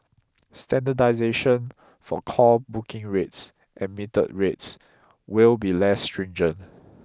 standardisation for call booking rates and metered rates will be less stringent